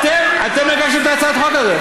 אתם הגשתם את הצעת החוק הזאת.